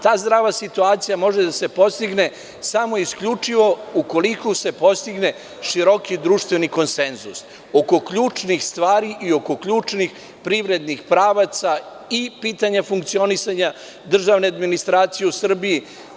Ta zdrava situacija može da se postigne samo isključivo ukoliko se postigne široki društveni konsenzus oko ključnih stvari i oko ključnih privrednih pravaca i pitanja funkcionisanja državne administracije u Srbiji.